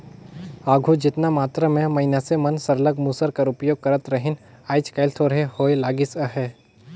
आघु जेतना मातरा में मइनसे मन सरलग मूसर कर उपियोग करत रहिन आएज काएल थोरहें होए लगिस अहे